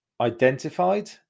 identified